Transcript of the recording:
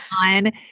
on